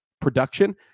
production